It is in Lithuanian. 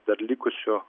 dar likusio